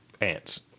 ants